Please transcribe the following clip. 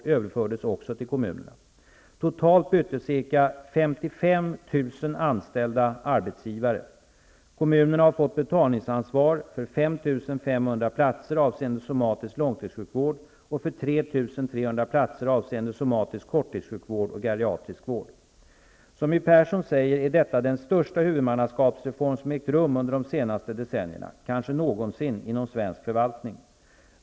55 000 anställda arbetsgivare. Kommunerna har fått betalningsansvar för 5 500 platser avseende somatisk långtidssjukvård och för 3 300 platser avseende somatisk korttidssjukvård och geriatrisk vård. Som My Persson säger är detta den största huvudmannaskapsreform som ägt rum under de senaste decennierna -- kanske någonsin -- inom svensk förvaltning.